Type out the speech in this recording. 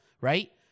right